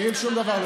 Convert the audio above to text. לי שום דבר לא